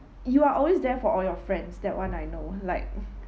you are always there for all your friends that one I know like